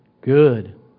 Good